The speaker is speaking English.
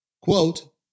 Quote